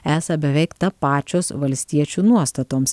esą beveik tapačios valstiečių nuostatoms